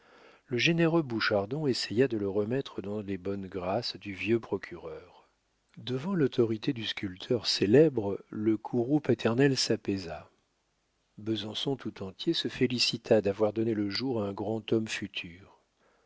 le généreux bouchardon essaya de le remettre dans les bonnes grâces du vieux procureur devant l'autorité du sculpteur célèbre le courroux paternel s'apaisa besançon tout entier se félicita d'avoir donné le jour à un grand homme futur